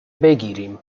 بگیریم